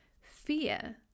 fear